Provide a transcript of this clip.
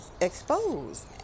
exposed